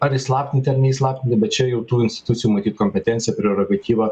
ar įslaptinti ar neįslaptinti bet čia jau tų institucijų matyt kompetencija prerogatyva